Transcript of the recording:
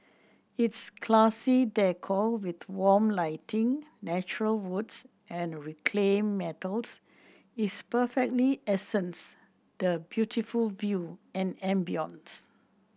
its classy decor with warm lighting natural woods and reclaimed metals is perfectly accents the beautiful view and ambience